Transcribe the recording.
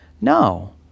No